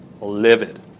livid